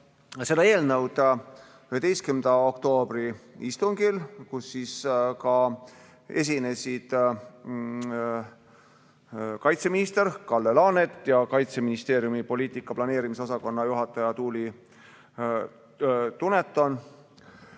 seda eelnõu 11. oktoobri istungil, kus esinesid kaitseminister Kalle Laanet ja Kaitseministeeriumi poliitika planeerimise osakonna juhataja Tuuli Duneton.